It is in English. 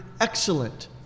excellent